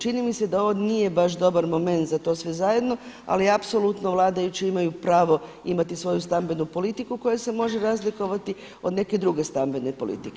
Čini mi se da ovo nije baš dobar moment za to sve zajedno ali apsolutno vladajući imaju pravo imati svoju stambenu politiku koja se može razlikovati od neke druge stambene politike.